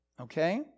Okay